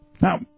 Now